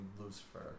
Lucifer